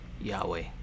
Yahweh